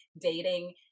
dating